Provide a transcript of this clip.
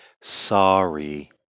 Sorry